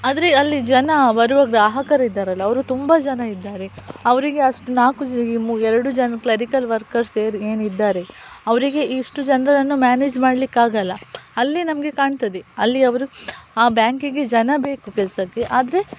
ಆದರೆ ಅಲ್ಲಿ ಜನ ಬರುವ ಗ್ರಾಹಕರಿದ್ದಾರೆಲ್ಲ ಅವರು ತುಂಬ ಜನ ಇದ್ದಾರೆ ಅವರಿಗೆ ಅಷ್ಟು ನಾಲ್ಕು ಎರಡು ಜನ ಕ್ಲರಿಕಲ್ ವರ್ಕರ್ಸ್ ಸೇರಿ ಏನಿದ್ದಾರೆ ಅವರಿಗೆ ಇಷ್ಟು ಜನರನ್ನು ಮ್ಯಾನೇಜ್ ಮಾಡಲಿಕ್ಕಾಗಲ್ಲ ಅಲ್ಲಿ ನಮಗೆ ಕಾಣ್ತದೆ ಅಲ್ಲಿ ಅವರು ಆ ಬ್ಯಾಂಕಿಗೆ ಜನ ಬೇಕು ಕೆಲಸಕ್ಕೆ ಆದರೆ